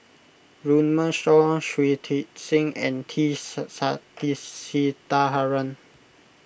Runme Shaw Shui Tit Sing and T Sasitharan